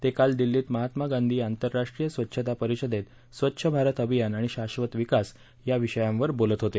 ते काल दिल्लीत महात्मा गांधी आंतरराष्ट्रीय स्वच्छता परिषदेत स्वच्छ भारत अभियान आणि शाश्वत विकास या विषयावर बोलत होते